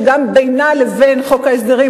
שגם בינה לבין חוק ההסדרים,